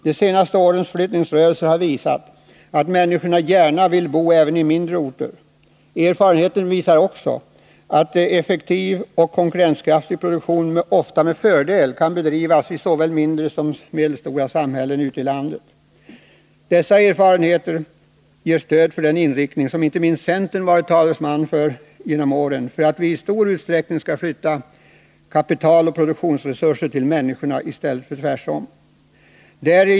De senaste årens flyttningsrörelser har visat att människorna gärna vill bo även i mindre orter. Erfarenheten visar också att en effektiv och konkurrenskraftig produktion ofta med fördel kan bedrivas i både mindre och medelstora samhällen. Dessa erfarenheter ger stöd för den inriktning som inte minst centern genom åren har varit talesman för, att vi i stor utsträckning skall flytta kapital och produktionsresurser till människorna och inte tvärtom.